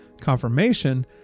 confirmation